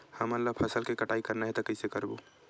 हमन ला फसल के कटाई करना हे त कइसे करबो?